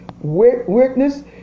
witness